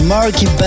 Marky